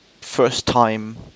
first-time